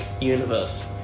universe